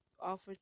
offer